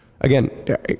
Again